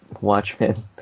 Watchmen